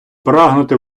прагнути